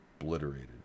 obliterated